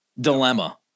dilemma